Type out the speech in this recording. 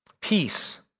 peace